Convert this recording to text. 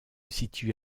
situe